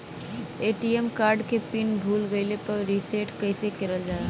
ATM card के PIN भूला गइल बा रीसेट कईसे करल जाला?